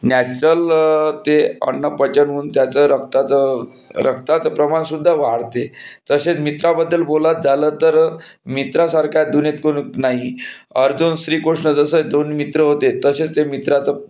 natural ते अन्न पचन होऊन त्याचं रक्ताचं रक्ताचं प्रमाणसुद्धा वाढते तसेच मित्राबद्दल बोलायचं झालं तर मित्रासारखा दुनियेत कुणी नाही अर्जुन श्रीकृष्ण जसे दोन मित्र होते तसेच ते मित्राचं